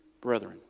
brethren